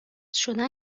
شدن